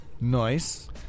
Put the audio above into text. Nice